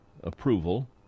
approval